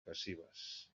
passives